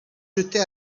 jetés